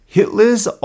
Hitler's